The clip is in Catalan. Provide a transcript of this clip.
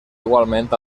igualment